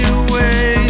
away